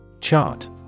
Chart